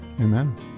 Amen